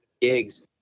gigs